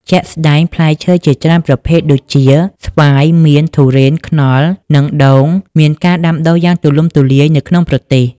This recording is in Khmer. ជាក់ស្ដែង ផ្លែឈើជាច្រើនប្រភេទដូចជា ស្វាយ មៀន ធូរ៉េន ខ្នុរ និងដូងមានការដាំដុះយ៉ាងទូលំទូលាយនៅក្នុងប្រទេស។